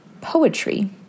poetry